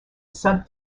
sub